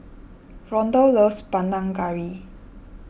Rondal loves Panang Curry